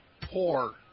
poor